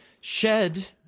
Shed